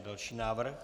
Další návrh.